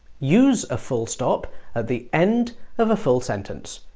use a full stop at the end of a full sentence.